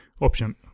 option